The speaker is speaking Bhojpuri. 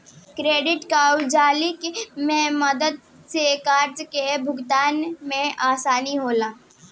क्रेडिट काउंसलिंग के मदद से कर्जा के भुगतान में आसानी होला